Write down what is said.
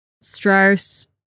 Strauss